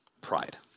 pride